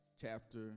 chapter